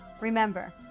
Remember